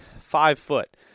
five-foot